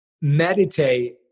meditate